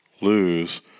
lose